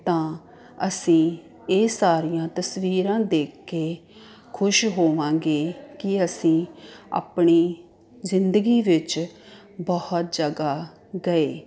ਤਾਂ ਅਸੀਂ ਇਹ ਸਾਰੀਆਂ ਤਸਵੀਰਾਂ ਦੇਖ ਕੇ ਖੁਸ਼ ਹੋਵਾਂਗੇ ਕਿ ਅਸੀਂ ਆਪਣੀ ਜ਼ਿੰਦਗੀ ਵਿੱਚ ਬਹੁਤ ਜਗ੍ਹਾ ਗਏ